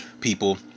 people